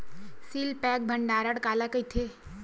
Seal pack भंडारण काला कइथे?